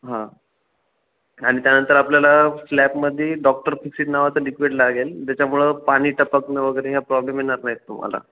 हां आणि त्यानंतर आपल्याला स्लॅपमध्ये डॉक्टर फिक्सिट नावाचं लिक्विड लागेल त्याच्यामुळं पाणी टपकणं वगैरे ह्या प्रॉब्लेम येणार नाहीत तुम्हाला